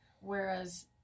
whereas